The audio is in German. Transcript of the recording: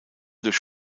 durch